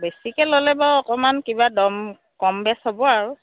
বেছিকৈ ল'লে বাৰু অকণমান কিবা দম কম বেছ হ'ব আৰু